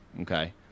okay